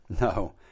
No